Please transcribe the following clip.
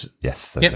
Yes